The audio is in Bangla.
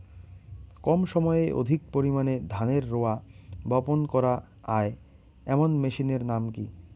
কম সময়ে অধিক পরিমাণে ধানের রোয়া বপন করা য়ায় এমন মেশিনের নাম কি?